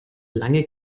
lange